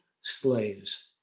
slaves